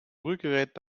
rührgerät